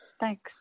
Thanks